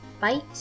bite